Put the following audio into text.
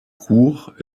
cours